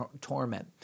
torment